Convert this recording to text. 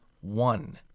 one